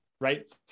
Right